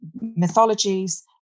mythologies